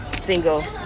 single